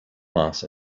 mass